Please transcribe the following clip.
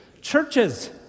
churches